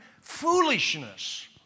foolishness